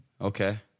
Okay